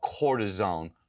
cortisone